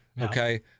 Okay